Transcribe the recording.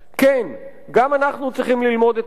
כן, גם אנחנו צריכים ללמוד את הלקח,